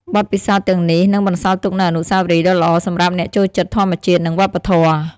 បទពិសោធន៍ទាំងនេះនឹងបន្សល់ទុកនូវអនុស្សាវរីយ៍ដ៏ល្អសម្រាប់អ្នកចូលចិត្តធម្មជាតិ និងវប្បធម៌។